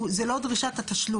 זו לא דרישת התשלום.